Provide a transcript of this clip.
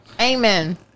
Amen